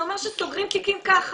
זה אומר שסוגרים תיקים ככה.